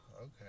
okay